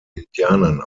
indianern